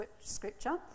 scripture